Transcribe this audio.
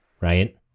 right